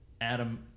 Adam